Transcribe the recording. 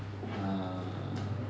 err